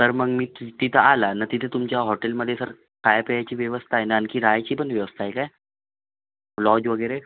तर मग मी तिथं आला न तिथं तुमच्या हॉटेलमध्ये सर खायाप्यायची व्यवस्था आहे ना आणखी राहायाची पण व्यवस्था आहे का लॉज वगैरे